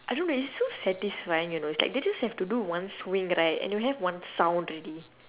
I don't really so satisfying you know is like they just have to do one swing right and you have one sound already